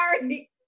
sorry